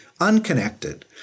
unconnected